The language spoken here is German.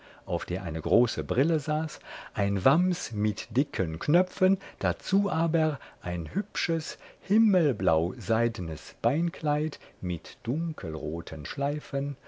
auf der eine große brille saß ein wams mit dicken knöpfen dazu aber ein hübsches himmelblauseidnes beinkleid mit dunkelroten schleifen